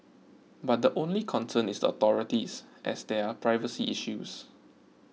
but the only concern is the authorities as there are privacy issues